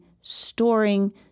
storing